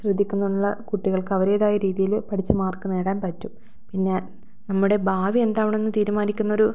ശ്രദ്ധിക്കുന്നുള്ള കുട്ടികൾക്ക് അവരുടെതായ രീതിയിൽ പഠിച്ചു മാർക്ക് നേടാൻ പറ്റും പിന്നെ നമ്മുടെ ഭാവി എന്താവണമെന്ന് തീരുമാനിക്കുന്ന ഒരു